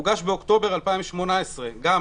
הוגש באוקטובר 2018 כתב אישום,